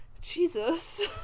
Jesus